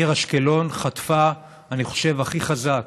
אני חושב שהעיר אשקלון חטפה הכי חזק